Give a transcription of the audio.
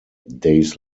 days